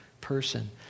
person